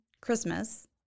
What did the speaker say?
Christmas